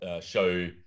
show